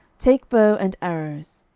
take bow and arrows.